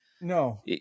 no